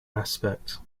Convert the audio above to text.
aspect